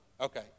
Okay